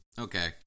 Okay